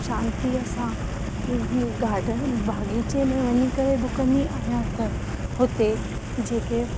शांतीअ सां ग गार्डन बाग़ीचे में वञी करे डुकंदी आहियां त हुते जेके